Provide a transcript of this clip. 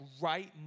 right